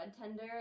tender